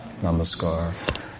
namaskar